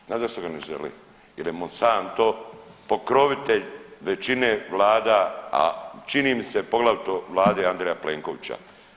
Znaš zašto ga ne žele, jer je Monsanto pokrovitelj većine vlada, a čini mi se poglavito vlade Andreja Plenkovića.